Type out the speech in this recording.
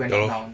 ya lor